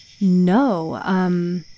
No